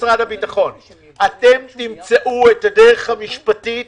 משרד הביטחון אתם תמצאו את הדרך המשפטית